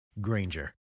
Granger